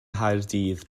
nghaerdydd